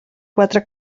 quatre